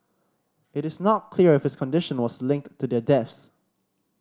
it is not clear if his condition was linked to their deaths